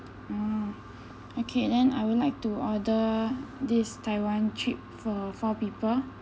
oh okay then I would like to order this taiwan trip for four people